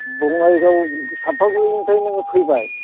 बङाइगाव चापागुरिनिफ्राय नोङो फैबाय